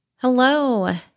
Hello